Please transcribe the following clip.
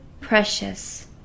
precious